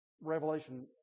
Revelation